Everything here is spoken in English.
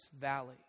valley